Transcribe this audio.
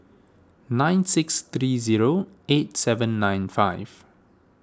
nine six three zero eight seven nine five